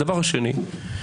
דבר שני,